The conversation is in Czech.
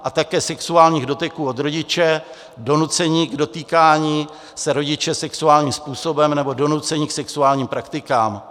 A také sexuálních doteků od rodiče, donucení k dotýkání se rodiče sexuálním způsobem nebo donucení k sexuálním praktikám.